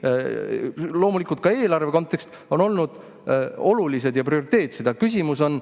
– loomulikult ka eelarve kontekst – olnud olulised ja prioriteetsed. Küsimus on